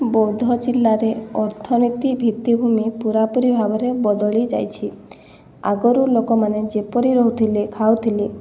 ବୌଦ୍ଧ ଜିଲ୍ଲାରେ ଅର୍ଥନୀତି ଭିତ୍ତିଭୂମି ପୁରାପୁରି ଭାବରେ ବଦଳିଯାଇଛି ଆଗରୁ ଲୋକମାନେ ଯେପରି ରହୁଥିଲେ ଖାଉଥିଲେ